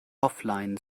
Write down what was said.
offline